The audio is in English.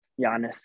Giannis